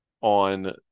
on